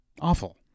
Awful